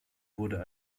wurde